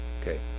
Okay